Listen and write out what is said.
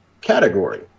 category